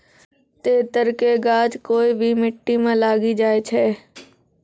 तेतर के गाछ कोय भी मिट्टी मॅ लागी जाय छै